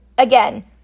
Again